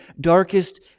darkest